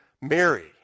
Mary